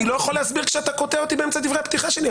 אני לא יכול להסביר כשאתה קוטע אותי באמצע דברי הפתיחה שלי.